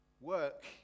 Work